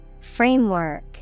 Framework